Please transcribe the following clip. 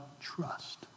trust